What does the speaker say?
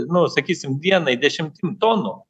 nu sakysim vienai dešim tonų